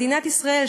מדינת ישראל,